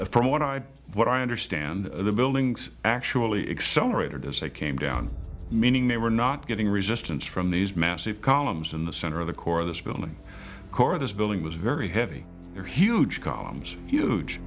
a from what i what i understand the buildings actually exonerated as they came down meaning they were not getting resistance from these massive columns in the center of the core of this building core this building was very heavy your huge columns huge